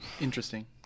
Interesting